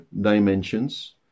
dimensions